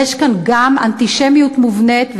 יש כאן גם אנטישמיות מובנית,